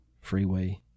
freeway